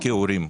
ההורים.